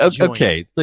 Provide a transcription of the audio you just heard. Okay